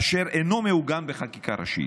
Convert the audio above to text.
אשר אינו מעוגן בחקיקה ראשית,